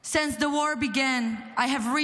those who falsely claim the title of "feminists".